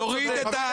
תתביישו.